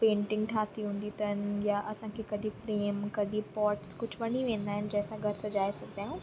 painting ठाही हूंदी अथनि या असांखे कॾहिं फ्रेम कॾहिं पॉर्ट्स कुझु वणी वेंदा आहिनि जंहिंसां घरु सजाए सघंदा आहियूं